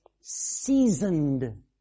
seasoned